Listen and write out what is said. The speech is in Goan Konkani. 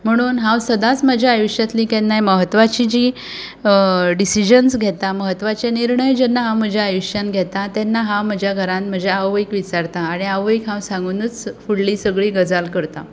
म्हणून हांव सदांच म्हज्या आयुश्यांतली केन्नाय महत्वाची जीं डिसीजन्स घेतां महत्वाचे निर्णय जेन्ना हांव म्हज्या आयुश्यांत घेता तेन्ना हांव म्हज्या घरांत हांव म्हज्या आवयक विचारता आनी आवयक हांव सांगुनूच हांव फुडें सगली गजाल करतां